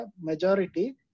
majority